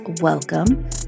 welcome